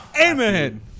amen